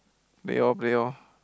play loh play loh